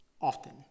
often